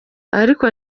ariko